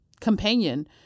companion